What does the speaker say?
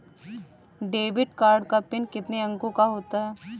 Debit card का PIN कितने अंकों का होता है?